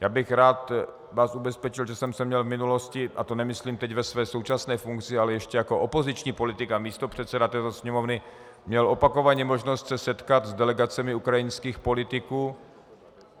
Já bych vás rád ubezpečil, že jsem se měl v minulosti a to nemyslím teď ve své současné funkci, ale ještě jako opoziční politik a místopředseda této Sněmovny opakovaně možnost se setkat s delegacemi ukrajinských politiků